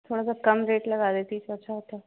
थोड़ा सा कम रेट लगा देती तो अच्छा होता